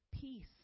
peace